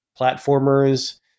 platformers